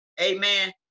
Amen